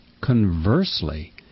Conversely